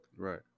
Right